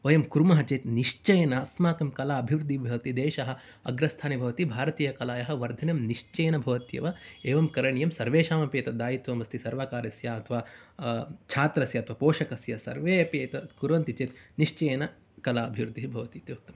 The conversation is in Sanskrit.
वयं कुर्मः चेत् निश्चयेन अस्माकं कला अभिवृद्धिः भवति देशः अग्रस्थाने भवति भारतीयकलायाः वर्धनं निश्चयेन भवति एव एवं करणीयं सर्वेषामपि एतद् दायित्वम् अस्ति सर्वकारस्य अथवा छात्रस्य अथवा पोषकस्य सर्वे अपि एतत् कुर्वन्ति चेत् निश्चयेन कलाभिवृद्धिः भवति इति वक्तुम् इच्छामि